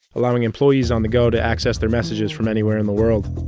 allowing employees on the go to access their messages from anywhere in the world.